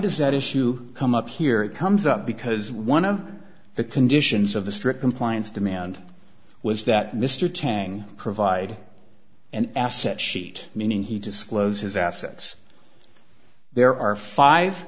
does that issue come up here it comes up because one of the conditions of the strict compliance demand was that mr tang provide an asset sheet meaning he disclose his assets there are five